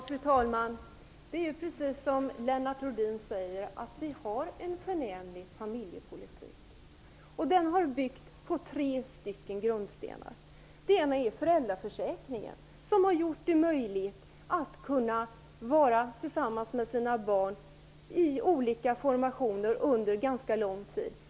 Fru talman! Det är precis som Lennart Rohdin säger, att vi har en förnämlig familjepolitik. Den har byggt på tre grundstenar. Den ena är föräldraförsäkringen, som har gjort det möjligt för föräldrar att vara tillsammans med sina barn i olika formationer under ganska lång tid.